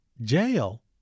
Jail